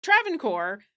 Travancore